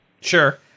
Sure